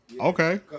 Okay